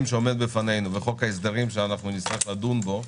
שעומד בפנינו וחוק ההסדרים שנצטרך לדון בו,